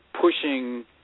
pushing